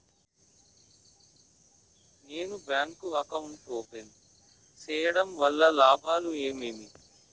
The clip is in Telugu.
నేను బ్యాంకు అకౌంట్ ఓపెన్ సేయడం వల్ల లాభాలు ఏమేమి?